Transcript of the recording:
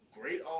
great